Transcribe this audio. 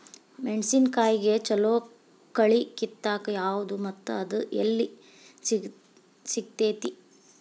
ಮೆಣಸಿನಕಾಯಿಗ ಛಲೋ ಕಳಿ ಕಿತ್ತಾಕ್ ಯಾವ್ದು ಮತ್ತ ಅದ ಎಲ್ಲಿ ಸಿಗ್ತೆತಿ?